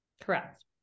Correct